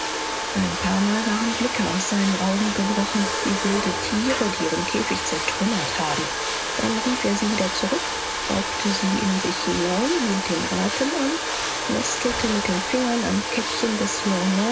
ein paarmal waren blicke aus seinen augen gebrochen wie wilde tiere die ihren käfig zertrümmert haben dann rief er sie wieder zurück saugte sie in sich hinein hielt den atem an nestelte mit den fingern am kettchen des